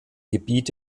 gebiet